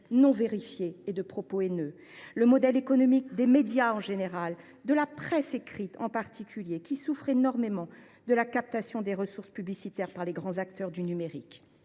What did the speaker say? non vérifiés et de propos haineux ; le modèle économique des médias en général, de la presse écrite en particulier, souffre énormément de la captation des ressources publicitaires par les grands acteurs du numérique